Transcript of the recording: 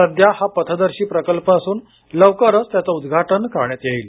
सध्या हा पथदर्शी प्रकल्प असून लवकरच त्याचे उद्दघाटन करण्यात येईल